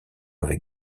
avec